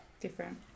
Different